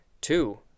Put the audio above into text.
two